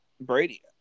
Brady